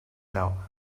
now